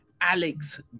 Alex